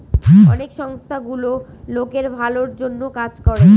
অনেক সংস্থা গুলো লোকের ভালোর জন্য কাজ করে